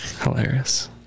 hilarious